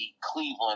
Cleveland